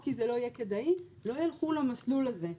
כי זה לא יהיה כדאי לא ילכו למסלול הזה.